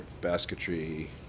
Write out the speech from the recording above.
basketry